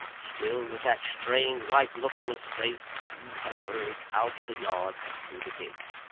still with that strained, white look on his face he had hurried out of the yard and through the gate.